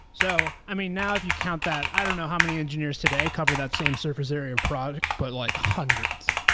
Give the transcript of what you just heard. so i mean, now if you count that, i don't know how many engineers today cover that same surface area product, but like hundreds,